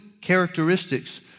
characteristics